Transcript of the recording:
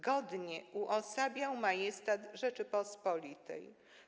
Godnie uosabiał majestat Rzeczypospolitej.